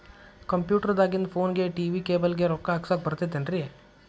Computer ದಾಗಿಂದ್ ಫೋನ್ಗೆ, TV cable ಗೆ, ರೊಕ್ಕಾ ಹಾಕಸಾಕ್ ಬರತೈತೇನ್ರೇ?